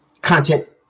content